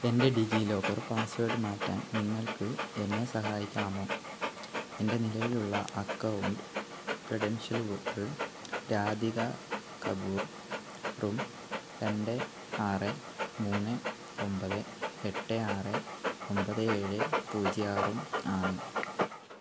എൻ്റെ DigiLocker password മാറ്റാൻ നിങ്ങൾക്ക് എന്നെ സഹായിക്കാമോ എൻ്റെ നിലവിലുള്ള അക്കൗണ്ട് ക്രെഡൻഷ്യലുകൾ രാധിക കപൂറും രണ്ട് ആറ് മുന്ന് ഒമ്പത് എട്ട് ആറ് ഒമ്പത് ഏഴ് പൂജ്യം ആറും ആണ്